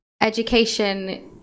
education